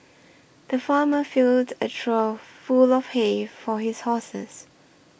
the farmer filled a trough full of hay for his horses